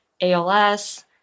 ALS